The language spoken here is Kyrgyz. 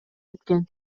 эткен